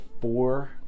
four